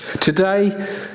Today